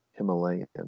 Himalayan